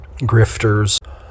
grifters